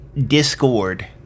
Discord